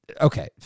okay